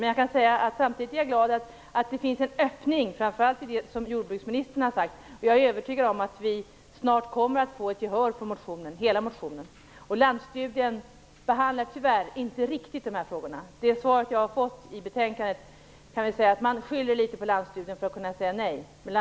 Men jag är samtidigt glad över att det finns en öppning, framför allt i det som jordbruksministern har sagt. Jag är övertygad om att vi snart kommer att få gehör för motionen i dess helhet. Landsstudien behandlas tyvärr inte på rätt sätt i detta sammanhang. I det svar som jag har fått i betänkandet skyller man litet på landsstudien för att kunna säga nej.